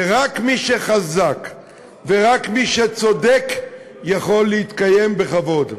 ורק מי שחזק ורק מי שצודק יכול להתקיים בכבוד.